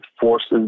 forces